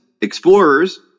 Explorers